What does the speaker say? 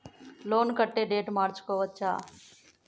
Loan కట్టే date మార్చుకోవచ్చా?